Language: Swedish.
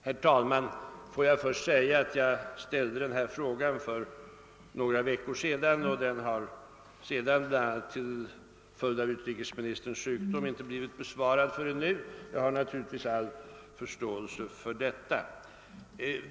Herr talman! Jag framställde min fråga för några veckor sedan, men på grund av utrikesministerns sjukdom har den inte besvarats förrän i dag. Självfallet har jag all förståelse för dröjsmålet, när jag nu tackar för svaret.